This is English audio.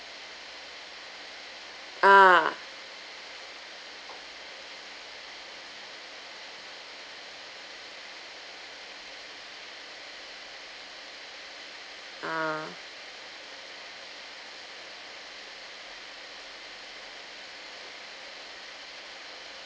ah ah